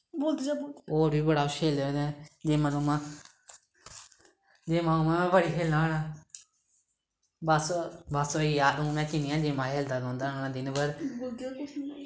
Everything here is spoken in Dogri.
होर बी बड़ा कुछ खेलने होन्ने गेमां गूमां गेमां गूमां बी बड़ियां खेलना होन्ना बस बस होई गेआ हून में किन्नियां गै गेमां खेलदा रौंह्दा हा दिनभर